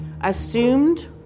assumed